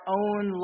own